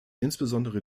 insbesondere